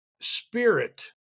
spirit